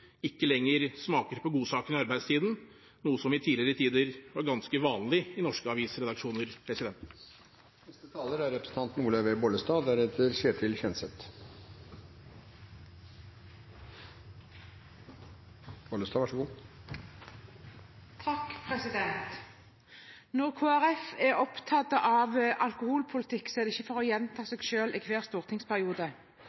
ikke lenger smaker på godsakene i arbeidstiden, noe som i tidligere tider var ganske vanlig i norske avisredaksjoner. Når Kristelig Folkeparti er opptatt av alkoholpolitikk, er det ikke for å gjenta seg selv i hver stortingsperiode,